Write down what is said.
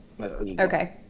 okay